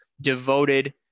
devoted